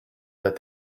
that